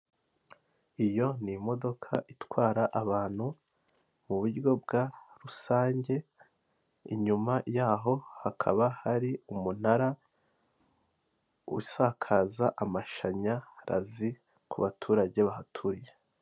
Iyo ni imodoka itwara abantu mu buryo bwa rusange, inyuma yaho hakaba hari umunara usakaza amashanyarazi ku baturage bahaturiye.